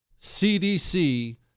CDC